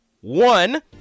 one